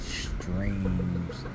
streams